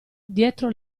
dietro